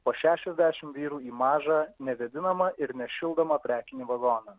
po šešiasdešim vyrų į mažą nevėdinamą ir nešildomą prekinį vagoną